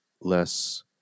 less